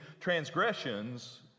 transgressions